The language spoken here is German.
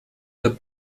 der